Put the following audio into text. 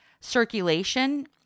circulation